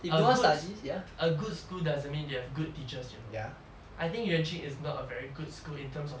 a good a good school doesn't mean they have good teachers you know I think yuan ching is not a very good school in terms of